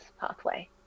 pathway